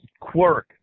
quirk